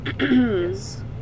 Yes